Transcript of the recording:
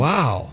Wow